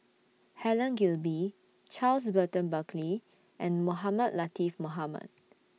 Helen Gilbey Charles Burton Buckley and Mohamed Latiff Mohamed